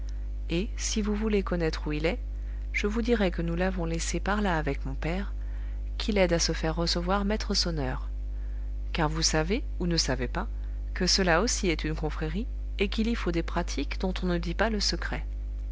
et si vous voulez connaître où il est je vous dirai que nous l'avons laissé par là avec mon père qui l'aide à se faire recevoir maître sonneur car vous savez ou ne savez pas que cela aussi est une confrérie et qu'il y faut des pratiques dont on ne dit pas le secret